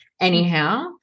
Anyhow